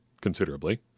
considerably